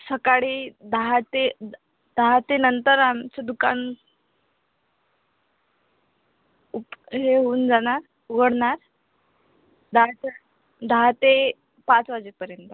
सकाळी दहा ते दहा ते नंतर आमचं दुकान हे होऊन जाणार उघडणार दहा ते दहा ते पाच वाजेपर्यंत